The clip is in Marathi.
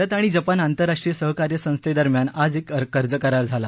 भारत आणि जपान आंतरराष्ट्रीय सहकार्य संस्थेदरम्यान आज एक कर्ज करार झाला